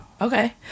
okay